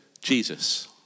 Jesus